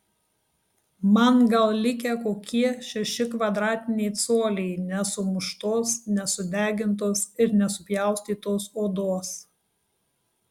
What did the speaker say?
man gal likę kokie šeši kvadratiniai coliai nesumuštos nesudegintos ir nesupjaustytos odos